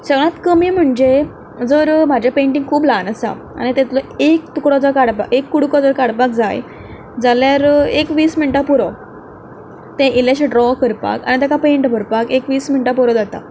सगल्यांत कमी म्हणजे जर म्हजें पेण्टींग खूब ल्हान आसा आनी तातुंतलो एक तुकडो जर एक कुडको जर काडपाक जाय जाल्यार एक वीस मिण्टां पुरो तें इल्लेशें ड्रॉ करपाक आनी ताका पेंट भरपाक एक वीस मिण्टां पुरो जातात